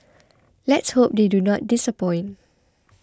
let's hope they do not disappoint